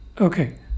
Okay